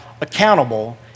accountable